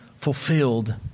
fulfilled